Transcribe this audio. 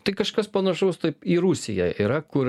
tai kažkas panašaus taip į rusiją yra kur